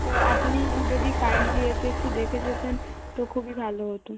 তো আপনি যদি কাইন্ডলি এসে একটু দেখে যেতেন তো খুবই ভালো হতো